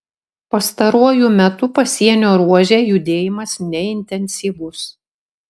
pastaruoju metu pasienio ruože judėjimas neintensyvus